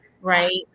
Right